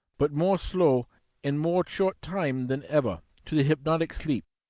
but more slow and more short time than ever, to the hypnotic sleep.